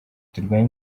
turwanye